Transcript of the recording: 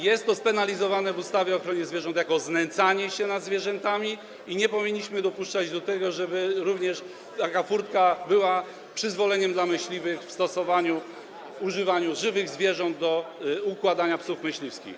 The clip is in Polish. Jest to spenalizowane w ustawie o ochronie zwierząt jako znęcanie się nad zwierzętami i nie powinniśmy dopuszczać do tego, żeby również taka furtka była przyzwoleniem dla myśliwych w stosowaniu, używaniu żywych zwierząt do układania psów myśliwskich.